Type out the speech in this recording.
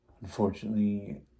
Unfortunately